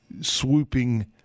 swooping